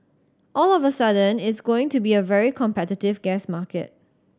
all of a sudden it's going to be a very competitive gas market